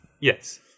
Yes